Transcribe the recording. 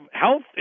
health